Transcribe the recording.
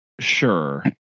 Sure